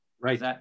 Right